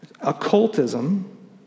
Occultism